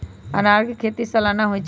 अनारकें खेति सलाना होइ छइ